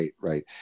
right